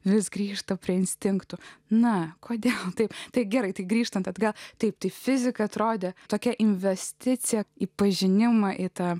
vis grįžta prie instinktų na kodėl taip tai gerai tik grįžtant atgal taip tai fizika atrodė tokia investicija į pažinimą į tą